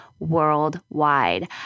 worldwide